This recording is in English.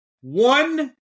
One